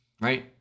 Right